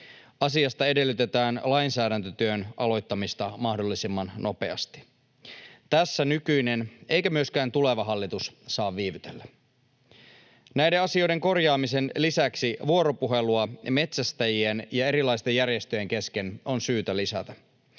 Asiasta edellytetään lainsäädäntötyön aloittamista mahdollisimman nopeasti. Tässä nykyinen eikä myöskään tuleva hallitus saa viivytellä. Näiden asioiden korjaamisen lisäksi vuoropuhelua metsästäjien ja erilaisten järjestöjen kesken on syytä lisätä.